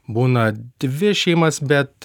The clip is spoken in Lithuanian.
būna dvi šeimas bet